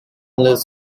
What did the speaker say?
lives